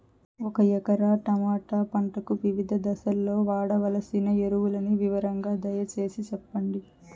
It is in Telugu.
ఒక ఎకరా టమోటా పంటకు వివిధ దశల్లో వాడవలసిన ఎరువులని వివరంగా దయ సేసి చెప్పండి?